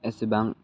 एसेबां